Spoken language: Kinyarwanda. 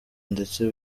ndetse